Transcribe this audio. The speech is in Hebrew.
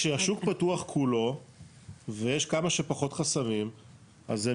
כשהשוק פתוח כולו ויש כמה שפחות חסמים אז זה